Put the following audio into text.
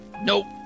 Nope